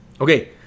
Okay